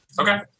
Okay